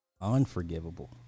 unforgivable